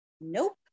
nope